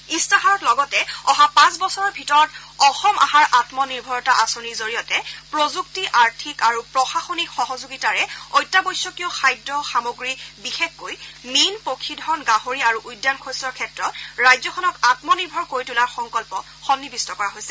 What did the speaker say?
ইস্তাহাৰত লগতে অহা পাঁচ বছৰৰ ভিতৰত অসম আহাৰ আমনিৰ্ভৰতা আঁচনিৰ জৰিয়তে প্ৰযুক্তি আৰ্থিক আৰু প্ৰশাসনিক সহযোগিতাৰে অত্যাৱশ্যকীয় খাদ্য সামগ্ৰী বিশেষকৈ মীন পক্ষীধন গাহৰি আৰু উদ্যান শস্যৰ ক্ষেত্ৰত ৰাজ্যখনক আমনিৰ্ভৰ কৰি তোলাৰ সংকল্প সন্নিৱিষ্ট কৰা হৈছে